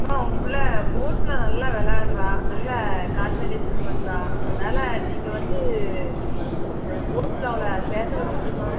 அம்மா உங்கள் பிள்ள ஸ்போர்ட்ஸில் நல்லா விளாடுறா நல்லா கான்சண்ட்ரேஷன் பண்றாள் அதனால் நீங்கள் வந்து ஸ்போர்ட்ஸில் அவளை சேர்த்து விட முடியுமா